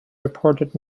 reported